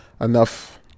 enough